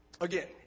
again